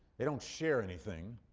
they don't share anything,